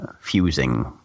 fusing